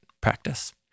practice